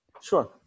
Sure